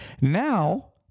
Now